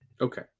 Okay